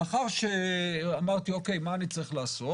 לאחר ששאלתי מה אני צריך לעשות?